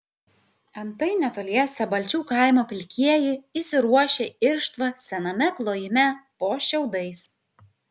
antai netoliese balčių kaimo pilkieji įsiruošę irštvą sename klojime po šiaudais